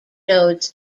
nodes